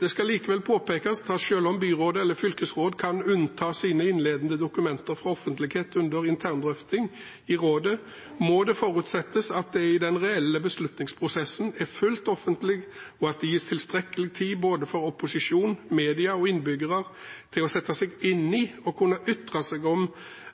Det skal likevel påpekes at selv om byrådet eller fylkesrådet kan unnta sine innledende dokumenter fra offentlighet under interndrøfting i rådet, må det forutsettes at det i den reelle beslutningsprosessen er fullt offentlig, og at det gis tilstrekkelig tid både for opposisjon, media og innbyggere til å sette seg inn i og kunne ytre seg om